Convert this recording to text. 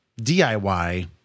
DIY